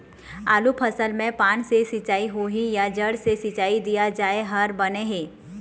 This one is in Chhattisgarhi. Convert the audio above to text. आलू फसल मे पान से सिचाई होही या जड़ से सिचाई दिया जाय हर बने हे?